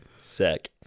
Sick